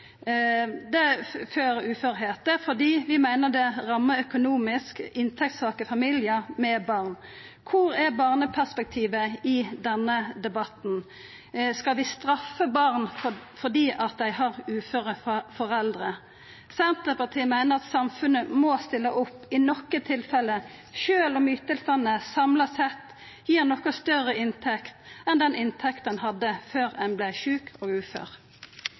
inntekta før uførheit, fordi vi meiner det rammar økonomisk inntektssvake familiar med barn. Kvar er barneperspektivet i denne debatten? Skal vi straffa barn fordi dei har uføre foreldre? Senterpartiet meiner at samfunnet må stilla opp i nokre tilfelle sjølv om ytingane samla sett gir noko større inntekt enn den inntekta ein hadde før ein vart sjuk og ufør.